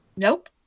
Nope